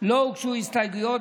לא הוגשו הסתייגויות,